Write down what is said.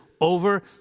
over